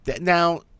Now